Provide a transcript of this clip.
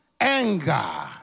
anger